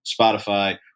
Spotify